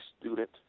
student